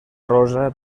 rosa